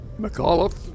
McAuliffe